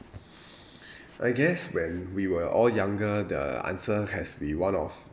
I guess when we were all younger the answer has be one of